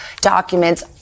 documents